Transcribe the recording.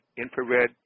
infrared